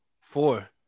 four